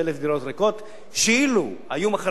שאילו היו מכריחים אותם להוציא אותן לשוק,